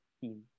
team